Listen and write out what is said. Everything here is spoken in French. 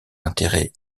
intérêt